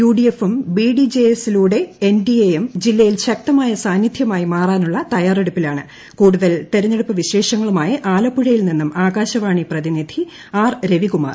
യുഡിഎഫും ബിഡിജെഎസിലൂടെ എൻഡിഎയും ജില്ലയിൽ ശക്തമായ സാന്നിധ്യമായി മാറാനുള്ള തയ്യാറെടുപ്പിലാണ് കൂടുതൽ തെരഞ്ഞെടുപ്പ് വിശേഷങ്ങളുമായി ആലപ്പുഴയിൽ നിന്നും ആകാശവാണി പ്രതിനിധി ആർ